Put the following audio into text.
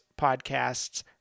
podcasts